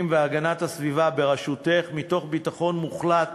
והגנת הסביבה בראשותך מתוך ביטחון מוחלט